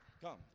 come